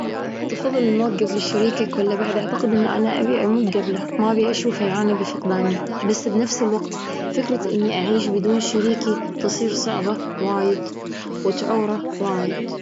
بفضل الموت قبل شريكك ولا بعد؟ أعتقد أنه أنا أبي أموت قبله، ما أبي أشوفه يعاني بفقداني. بس بنفس الوقت، فكرة أني أعيش بدون شريكي تصير صعبة وايد وتعور وايد.